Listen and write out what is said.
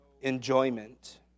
enjoyment